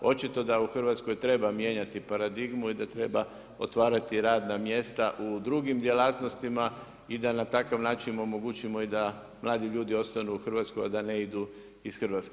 Očito da u Hrvatskoj treba mijenjati paradigmu i da treba otvarati radna mjesta u drugim djelatnostima i da na takav način omogućimo i da mladi ljudi ostanu Hrvatskoj a da ne idu iz Hrvatske.